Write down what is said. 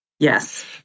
Yes